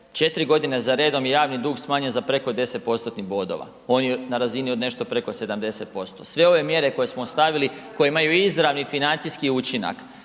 4 g. za redom je javni dug smanjen za preko 10%-tnih bodova. On je razini od nešto preko 70%. Sve ove mjere koje smo stavili, koje imaju izravni financijski učinak,